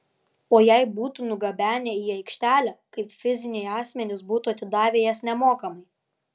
o jei būtų nugabenę į aikštelę kaip fiziniai asmenys būtų atidavę jas nemokamai